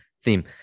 theme